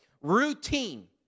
Routine